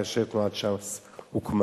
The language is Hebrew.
כאשר תנועת ש"ס הוקמה.